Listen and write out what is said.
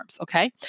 Okay